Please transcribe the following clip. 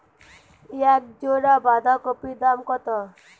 এক জোড়া বাঁধাকপির দাম কত?